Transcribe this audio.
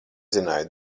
zināju